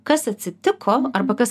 kas atsitiko arba kas